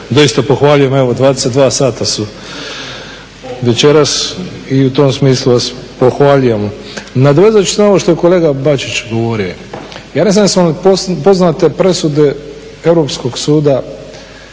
doista pohvaljujem. Evo 22,00 sata su večeras i u tom smislu vas pohvaljujem. Nadovezat ću samo ovo što je kolega Bačić govorio. Ja ne znam jesu li vam poznate presude Europskog suda